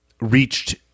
reached